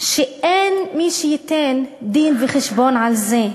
שאין מי שייתן דין-וחשבון על זה.